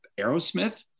Aerosmith